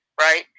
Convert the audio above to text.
right